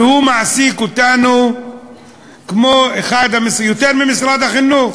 והוא מעסיק אותנו יותר ממשרד החינוך.